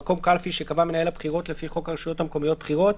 מקום קלפי שקבע מנהל הבחירות לפי חוק הרשויות המקומיות (בחירות)